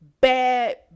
bad